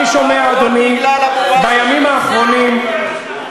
איזה מסכנים, קוזק שנגזל.